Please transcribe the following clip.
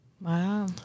Wow